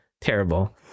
terrible